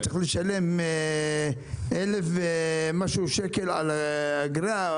צריך לשלם 1,000 ומשהו שקל על אגרה,